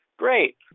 great